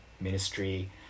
ministry